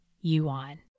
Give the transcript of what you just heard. Yuan